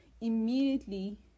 immediately